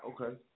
Okay